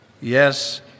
Yes